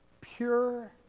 pure